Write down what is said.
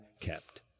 kept